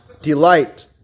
Delight